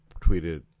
tweeted